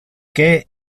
que